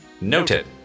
Noted